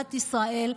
מדינת ישראל.